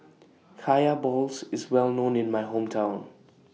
Kaya Balls IS Well known in My Hometown